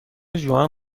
ژوئن